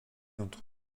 entre